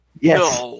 Yes